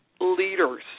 leaders